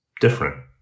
different